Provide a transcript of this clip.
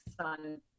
Son